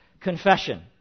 confession